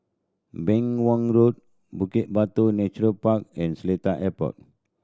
Beng Wan Road Bukit Batok Nature Park and Seletar Airport